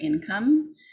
income